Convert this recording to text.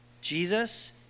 Jesus